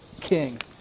king